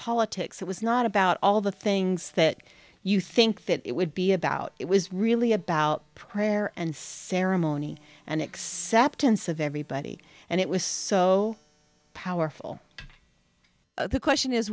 politics it was not about all the things that you think that it would be about it was really about prayer and ceremony and acceptance of everybody and it was so powerful the question is